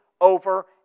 over